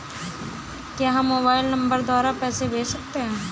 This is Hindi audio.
क्या हम मोबाइल नंबर द्वारा पैसे भेज सकते हैं?